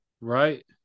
Right